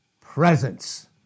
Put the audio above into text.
presence